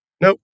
Nope